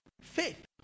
Faith